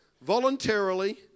voluntarily